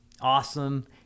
Awesome